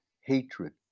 hatred